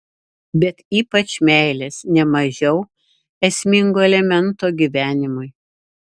bet ypač meilės ne mažiau esmingo elemento gyvenimui